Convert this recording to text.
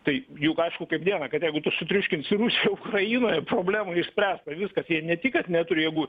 tai juk aišku kaip dieną kad jeigu tu sutriuškinsi rusiją ukrainoje problemų išspręsta ir viskas jie ne tik kad neturėjo būt